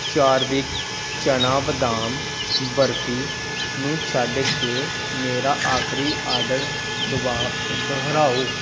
ਚਾਰਵਿਕ ਚਨਾ ਬਦਾਮ ਬਰਫੀ ਨੂੰ ਛੱਡ ਕੇ ਮੇਰਾ ਆਖਰੀ ਆਰਡਰ ਦਵਾ ਦੁਹਰਾਓ